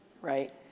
right